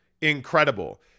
incredible